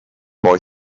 boy